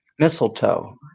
mistletoe